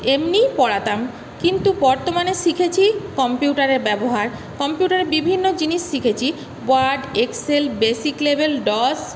এমনিই পড়াতাম কিন্তু বর্তমানে শিখেছি কম্পিউটারের ব্যবহার কম্পিউটারে বিভিন্ন জিনিস শিখেছি word Excel basic level DOS